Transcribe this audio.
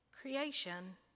creation